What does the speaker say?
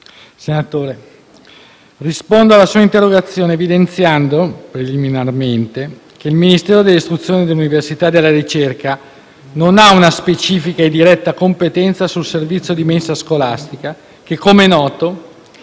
Presidente, rispondo all'interrogazione evidenziando preliminarmente che il Ministero dell'istruzione, dell'università e della ricerca non ha una specifica e diretta competenza sul servizio di mensa scolastica che, come noto,